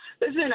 Listen